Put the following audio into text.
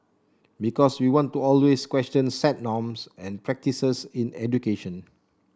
because we want to always question set norms and practices in education